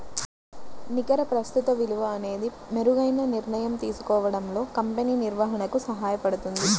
నికర ప్రస్తుత విలువ అనేది మెరుగైన నిర్ణయం తీసుకోవడంలో కంపెనీ నిర్వహణకు సహాయపడుతుంది